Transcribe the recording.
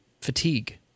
fatigue